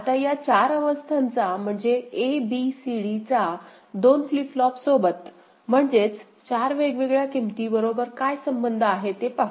आता या चार अवस्थांचा म्हणजे a b c dचा दोन फ्लिप फ्लॉप सोबत म्हणजेच चार वेगवेगळ्या किमती बरोबर काय संबंध आहे ते पाहू